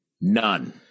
none